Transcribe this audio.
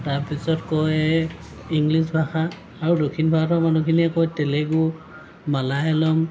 তাৰ পিছত কয় ইংলিছ ভাষা আৰু দক্ষিণ ভাৰতৰ মানুহখিনিয়ে কয় তেলেগু মালায়লম